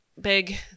big